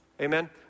Amen